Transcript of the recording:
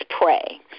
pray